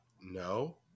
No